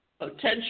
potential